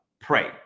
Pray